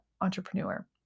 entrepreneur